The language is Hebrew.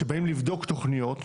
כאשר באים לבדוק תוכניות מתאר,